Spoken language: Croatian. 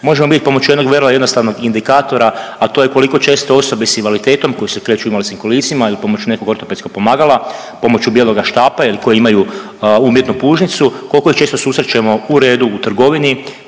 možemo vidjeti pomoću jednog vrlo jednostavnog indikatora, a to je koliko često osobe sa invaliditetom koje se kreću u invalidskim kolicima ili pomoću nekog ortopedskog pomagala, pomoću bijeloga štapa ili koje imaju umjetnu pužnicu koliko ih četo susrećemo u redu u trgovini,